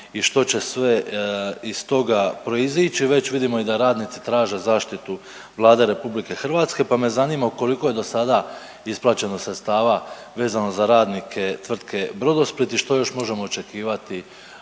i što će sve iz toga proizići. Već vidimo i da radnici traže zaštitu Vlade RH pa me zanima koliko je do sada isplaćeno sredstava vezano za radnike tvrtke Brodosplit i što još možemo očekivati